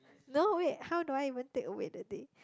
no wait how do I even take away the day